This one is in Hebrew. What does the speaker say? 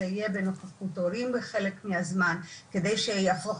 זה יהיה בנוכחות ההורים בחלק מהזמן וזאת על מנת שזו תהפוך